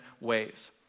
ways